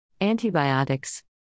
antibiotics